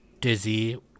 Dizzy